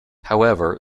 however